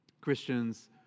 Christians